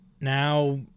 Now